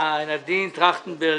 נדין טרכטנברג.